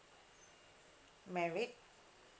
married